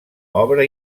obra